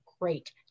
great